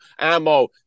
ammo